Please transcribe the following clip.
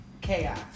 chaos